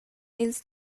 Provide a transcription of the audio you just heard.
ils